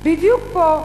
בדיוק פה,